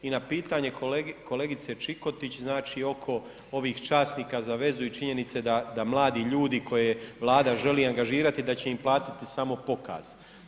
I na pitanje kolegice Čikotić znači, oko ovih časnika za vezu i činjenice da mladi ljudi koje Vlada želi angažirati da će im platiti samo pokaz.